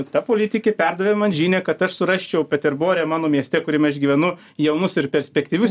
ta politikė perdavė man žinią kad aš surasčiau peterbore mano mieste kuriame aš gyvenu jaunus ir perspektyvius